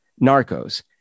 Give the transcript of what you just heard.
Narcos